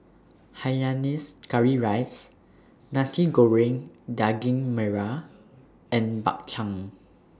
Hainanese Curry Rice Nasi Goreng Daging Merah and Bak Chang